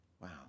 Wow